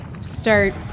start